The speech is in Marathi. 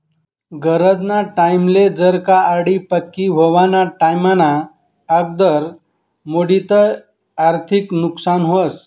गरजना टाईमले जर का आर.डी पक्की व्हवाना टाईमना आगदर मोडी ते आर्थिक नुकसान व्हस